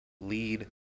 lead